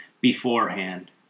beforehand